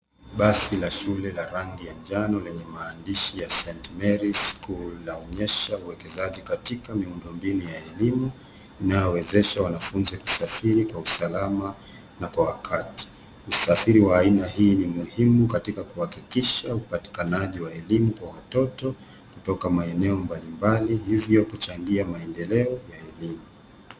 Basi la shule la rangi ya njano lenye maandishi ya St.Mary's School laonyesha uwekezaji katika miundombinu ya elimu inayowezesha wanafunzi kusafiri kwa usalama na kwa wakati. Usafiri wa aina hii ni muhimu katika kuhakikisha upatikanaji wa elimu kwa watoto kutoka maeneo mbalimbali hivyo kuchangia maendeleo ya elimu.